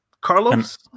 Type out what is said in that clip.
Carlos